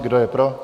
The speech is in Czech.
Kdo je pro?